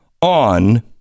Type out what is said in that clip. on